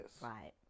Right